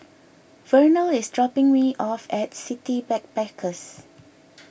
Vernal is dropping me off at City Backpackers